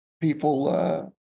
People